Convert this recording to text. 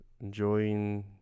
enjoying